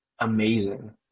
amazing